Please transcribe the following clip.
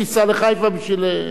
תיסע לחיפה בשביל,